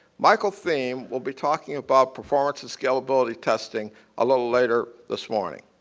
michael thieme will be talking about performance and scalability testing a little later this morning.